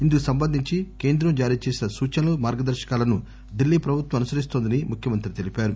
ఇందుకు సంబంధించి కేంద్రం జారీ చేసిన సూచనలు మార్గదర్శకాలను ఢిల్లీ ప్రభుత్వం అనుసరిస్తోందని ముఖ్యమంత్రి తెలిపారు